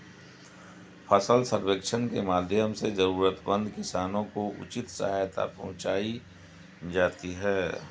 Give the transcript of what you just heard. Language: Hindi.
फसल सर्वेक्षण के माध्यम से जरूरतमंद किसानों को उचित सहायता पहुंचायी जाती है